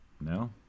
No